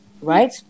right